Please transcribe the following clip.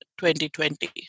2020